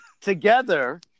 Together